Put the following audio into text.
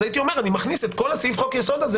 אז הייתי אומר שאני מכניס את כל סעיף חוק-היסוד הזה